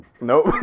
nope